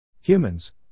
Humans